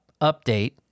update